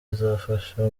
izafasha